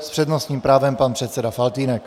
S přednostním právem pan předseda Faltýnek.